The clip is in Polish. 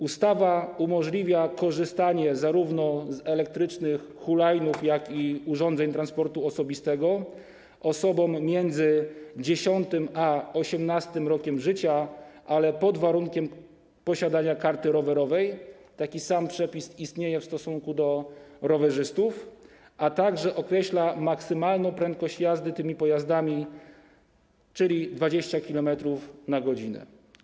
Ustawa umożliwia korzystanie zarówno z elektrycznych hulajnóg, jak i urządzeń transportu osobistego osobom między 10. a 18. rokiem życia, ale pod warunkiem posiadania karty rowerowej, taki sam przepis istnieje w stosunku do rowerzystów, a także określa maksymalną prędkość jazdy tymi pojazdami, czyli 20 km/h.